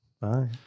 Bye